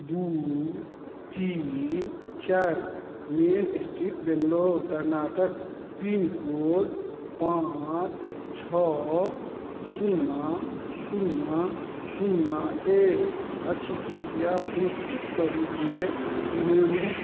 दू तीन चारि main street Bangalore Karnataka pincode पाँच छओ शून्ना शून्ना शून्ना एक अछि कृपया सुनिश्चित करू जे डिलीवरी